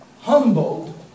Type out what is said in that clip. humbled